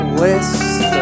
list